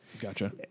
gotcha